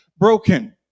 Broken